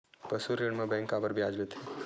पशु ऋण म बैंक काबर ब्याज लेथे?